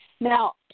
Now